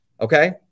Okay